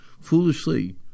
Foolishly